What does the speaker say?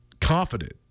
confident